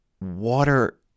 water